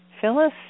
Phyllis